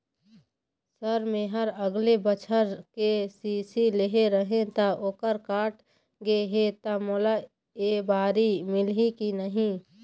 Sir मेहर अगले बछर के.सी.सी लेहे रहें ता ओहर कट गे हे ता मोला एबारी मिलही की नहीं?